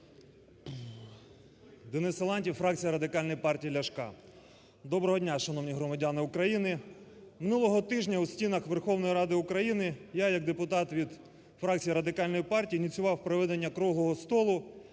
Денис Силантьєв, фракція Радикальної партії Ляшка. Доброго дня, шановні громадяни України! Минулого тижня у стінах Верховної Ради України я як депутат від фракції Радикальної партії ініціював проведення круглого столу,